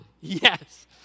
Yes